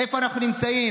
איפה אנחנו נמצאים?